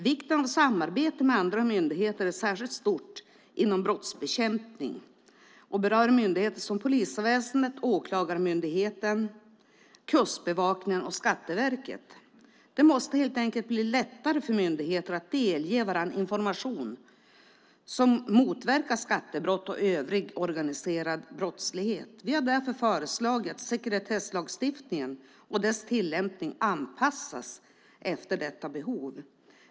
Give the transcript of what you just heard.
Vikten av samarbete med andra myndigheter är särskilt stor inom brottsbekämpning och berör myndigheter som polisväsendet, Åklagarmyndigheten, Kustbevakningen och Skatteverket. Det måste helt enkelt bli lättare för myndigheter att delge varandra information som motverkar skattebrott och övrig organiserad brottslighet. Vi har därför föreslagit att sekretesslagstiftningen och dess tillämpning ska anpassas efter detta behov.